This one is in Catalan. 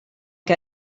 que